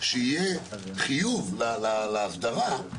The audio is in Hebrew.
שיהיה חיוב לאסדרה.